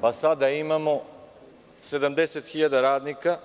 Pa sada imamo 70 hiljada radnika